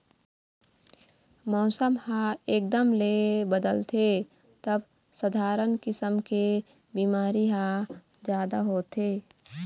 मउसम ह एकदम ले बदलथे तब सधारन किसम के बिमारी ह जादा होथे